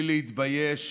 בלי להתבייש